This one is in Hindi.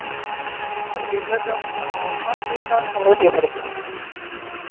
सर गेंदा का पर पेड़ का सौ रुपया पड़ेगा